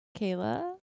Kayla